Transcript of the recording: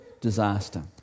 disaster